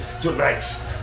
tonight